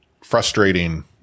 frustrating